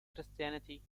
christianity